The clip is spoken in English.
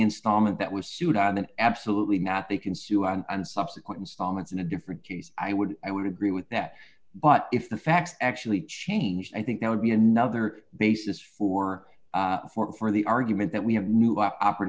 instrument that was sued on an absolutely not they can sue on and subsequent installments in a different case i would i would agree with that but if the facts actually change i think that would be another basis for for the argument that we have